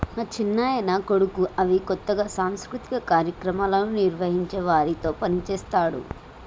మా చిన్నాయన కొడుకు అవి కొత్తగా సాంస్కృతిక కార్యక్రమాలను నిర్వహించే వారితో పనిచేస్తున్నాడు